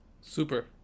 super